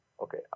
okay